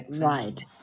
Right